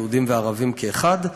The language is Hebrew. יהודים וערבים כאחד,